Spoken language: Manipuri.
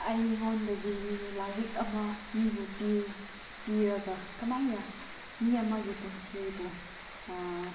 ꯑꯩꯉꯣꯟꯗꯗꯤ ꯂꯥꯏꯔꯤꯛ ꯑꯃ ꯃꯤꯕꯨ ꯄꯤꯔꯒ ꯀꯃꯥꯏꯅ ꯃꯤ ꯑꯃꯒꯤ ꯄꯨꯟꯁꯤꯕꯨ